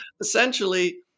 essentially